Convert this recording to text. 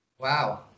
wow